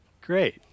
Great